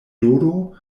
dodo